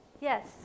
yes